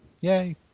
yay